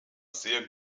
sehr